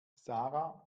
sarah